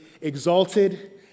exalted